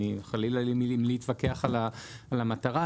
חלילה לי מלהתווכח על המטרה,